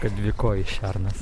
kad dvikojis šernas